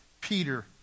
Peter